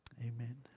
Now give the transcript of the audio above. Amen